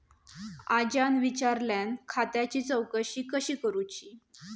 आज्यान विचारल्यान खात्याची चौकशी कशी करुची?